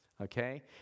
okay